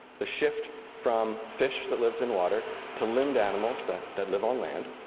the shift from fish that lives in water to limbed animals that that live on land.